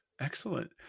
Excellent